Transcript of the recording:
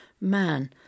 man